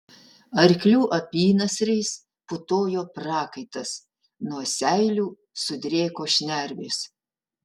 arklių apynasriais putojo prakaitas nuo seilių sudrėko šnervės